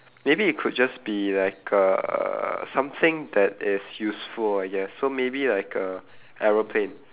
maybe it could just be like uh something that is useful I guess so maybe like a aeroplane